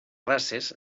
races